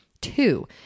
Two